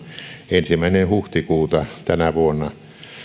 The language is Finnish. ensimmäinen huhtikuuta tänä vuonna